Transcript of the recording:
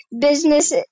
Business